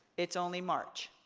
it's only march.